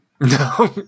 No